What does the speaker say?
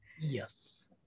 Yes